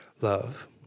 love